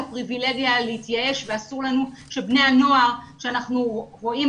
הפריבילגיה להתייאש ואסור לנו שבני הנוער שאנחנו רואים